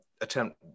attempt